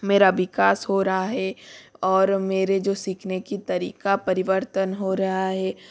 मेरा विकास हो रहा है और मेरा जो सीखने की तरीक़ा परिवर्तन हो रहा है